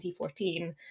2014